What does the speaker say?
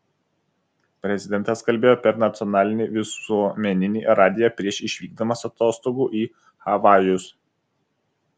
prezidentas kalbėjo per nacionalinį visuomeninį radiją prieš išvykdamas atostogų į havajus